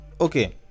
okay